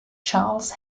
charles